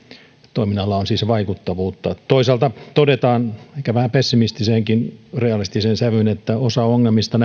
toiminnalla on siis vaikuttavuutta toisaalta todetaan ehkä vähän pessimistisenkin realistiseen sävyyn että osa ongelmista